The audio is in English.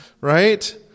right